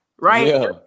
right